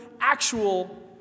actual